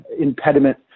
impediment